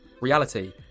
Reality